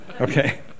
Okay